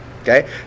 Okay